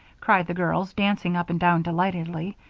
cried the girls, dancing up and down delightedly.